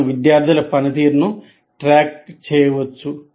అతను విద్యార్థుల పనితీరును ట్రాక్ చేయవచ్చు